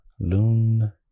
Lune